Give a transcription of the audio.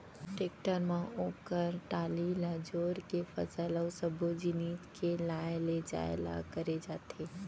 tractor म ओकर टाली ल जोर के फसल अउ सब्बो जिनिस के लाय लेजाय ल करे जाथे